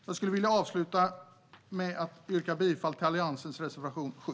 Jag skulle vilja avsluta med att yrka bifall till Alliansens reservation 7.